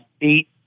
eight